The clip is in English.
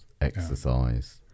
exercise